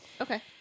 Okay